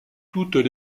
toutes